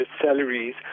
salaries